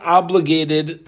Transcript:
obligated